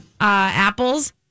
apples